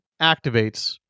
activates